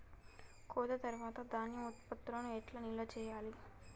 కోత తర్వాత ధాన్యం ఉత్పత్తులను ఎట్లా నిల్వ చేయాలి?